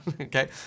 okay